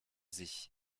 sich